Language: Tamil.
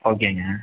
ஓகேங்க